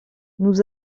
nous